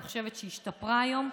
אני חושבת שהשתפרה היום.